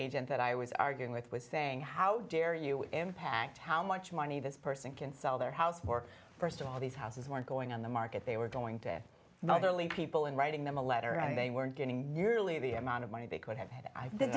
agent that i was arguing with was saying how dare you impact how much money this person can sell their house for first of all these houses weren't going on the market they were going to have motherly people and writing them a letter and they weren't getting nearly the amount of money they could